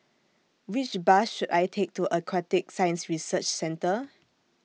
Which Bus should I Take to Aquatic Science Research Centre